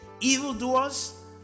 evildoers